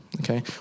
Okay